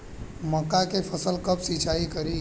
मका के फ़सल कब सिंचाई करी?